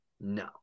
No